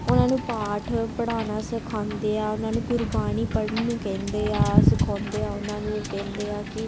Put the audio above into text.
ਉਹਨਾਂ ਨੂੰ ਪਾਠ ਪੜ੍ਹਾਉਣਾ ਸਿਖਾਉਂਦੇ ਆ ਉਹਨਾਂ ਨੂੰ ਗੁਰਬਾਣੀ ਪੜ੍ਹਨ ਨੂੰ ਕਹਿੰਦੇ ਆ ਸਿਖਾਉਂਦੇ ਆ ਉਹਨਾਂ ਨੂੰ ਕਹਿੰਦੇ ਆ ਕਿ